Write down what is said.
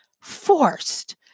forced